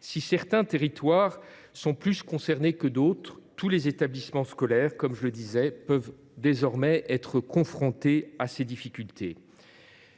Si certains territoires sont plus concernés que d’autres, tous les établissements scolaires peuvent être confrontés à ces difficultés.